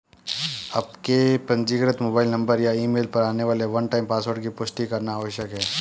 आपके पंजीकृत mobile number या ईमेल पर आने वाले वन टाइम पासवर्ड की पुष्टि करना आवश्यक है